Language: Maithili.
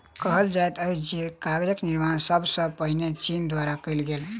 कहल जाइत अछि जे कागजक निर्माण सब सॅ पहिने चीन द्वारा कयल गेल